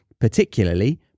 particularly